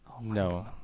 no